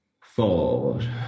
Fold